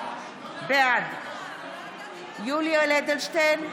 בעד יולי יואל אדלשטיין,